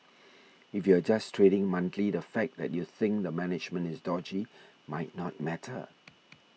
if you're just trading monthly the fact that you think the management is dodgy might not matter